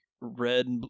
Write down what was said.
red